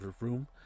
room